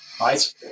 Right